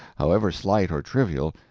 however slight or trivial,